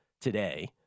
today